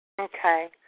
Okay